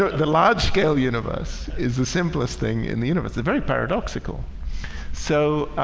the large-scale universe is the simplest thing in the universe. they're very paradoxical so